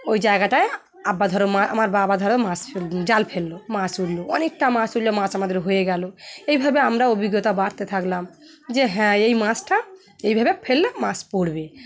ওই জায়গাটায় আব্বা ধরো মা আমার বাবা ধরো মাছ ফ জাল ফেললো মাছ উঠলো অনেকটা মাছ উঠলে মাছ আমাদের হয়ে গেলো এইভাবে আমরা অভিজ্ঞতা বাড়তে থাকলাম যে হ্যাঁ এই মাছটা এইভাবে ফেললে মাছ পড়বে